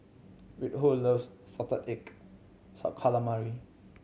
Reinhold loves salted egg calamari